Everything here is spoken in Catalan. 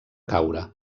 caure